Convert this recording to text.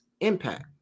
impact